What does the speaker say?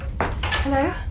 Hello